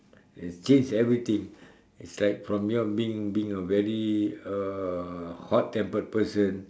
it change everything is like from you all being being a very hot tempered person